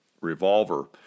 revolver